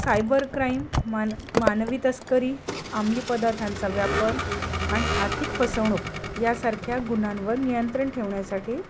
cyber crime मानवी मानवी तस्करी अमली पदार्थांचा व्यापर आणि आर्थिक फसवणूक यासारख्या गुणांवर नियंत्रण ठेवण्यासाठी